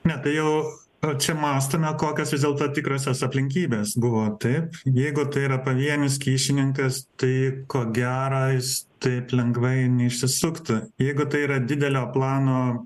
ne tai jau va čia mąstome kokios vis dėlto tikrosios aplinkybės buvo taip jeigu tai yra pavienis kyšininkas tai ko gera jis taip lengvai neišsisuktų jeigu tai yra didelio plano